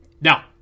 now